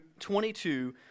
22